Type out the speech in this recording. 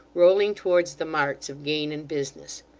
rolling towards the marts of gain and business.